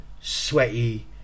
sweaty